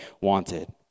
wanted